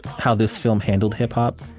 how this film handled hip-hop,